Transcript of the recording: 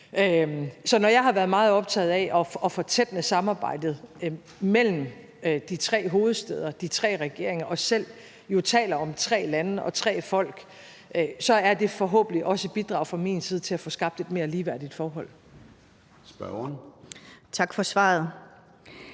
Så når jeg har været meget optaget af at gøre vores samarbejde tættere mellem de tre hovedstæder og de tre regeringer og jo selv taler om tre lande og tre folk, så er det forhåbentlig også et bidrag fra min side til at få skabt et mere ligeværdigt forhold.